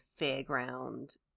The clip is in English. fairground